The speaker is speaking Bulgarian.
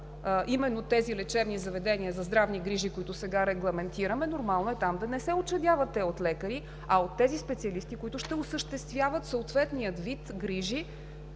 именно тези лечебни заведения за здравни грижи, които сега регламентираме, нормално е те да не се учредяват от лекари, а от тези специалисти, които ще осъществяват съответния вид грижи,